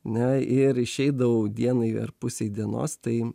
na ir išeidavau dienai ar pusei dienos tai